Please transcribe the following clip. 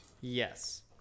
Yes